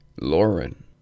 Lauren